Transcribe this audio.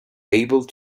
able